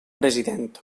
president